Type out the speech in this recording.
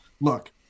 look